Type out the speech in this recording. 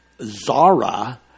Zara